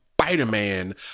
Spider-Man